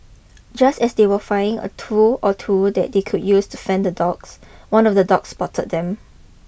just as they were a tool or two that they could use to fend the dogs one of the dog spotted them